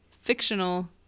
fictional